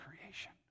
creation